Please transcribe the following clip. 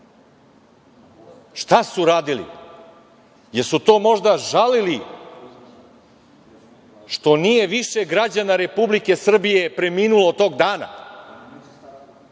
Šta su radili? Jel su to možda žalili što nije više građana Republike Srbije preminulo tog dana?